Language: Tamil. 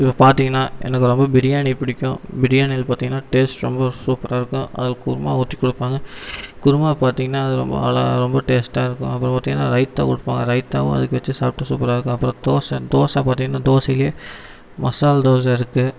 இப்போ பார்த்தீங்கன்னா எனக்கு ரொம்ப பிரியாணி பிடிக்கும் பிரியாணியில பார்த்தீங்கன்னா டேஸ்ட் ரொம்ப சூப்பராக இருக்கும் அதில் குருமா ஊற்றி கொடுப்பாங்க குருமா பார்த்தீங்கன்னா அது ரொம்ப நல்லா ரொம்ப டேஸ்ட்டாக இருக்கும் அப்புறம் பார்த்தீங்கன்னா ரைத்தா கொடுப்பாங்க ரைத்தாவும் அதுக்கு வச்சு சாப்பிட்டா சூப்பராக இருக்கும் அப்புறம் தோசை தோசை பார்த்தீங்கன்னா தோசையிலையே மசால் தோசை இருக்கு